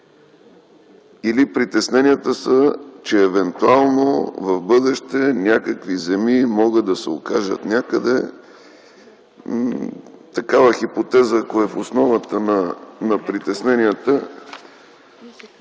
или притесненията са, че евентуално в бъдеще някакви земи могат да се окажат някъде? Такава хипотеза, ако е в основата на притесненията,